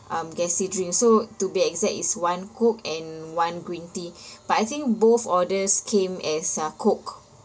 um gassy drink so to be exact it's one coke and one green tea but I think both orders came as uh coke